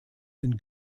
den